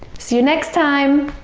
see you next time!